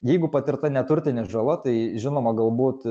jeigu patirta neturtinė žala tai žinoma galbūt